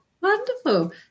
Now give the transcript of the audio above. wonderful